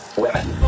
women